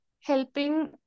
helping